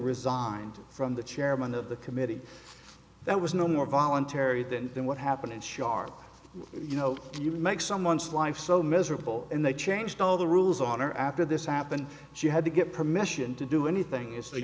resigned from the chairman of the committee that was no more voluntary than what happened in shark you know you make someone's life so miserable and they changed all the rules on or after this happened she had to get permission to do anything i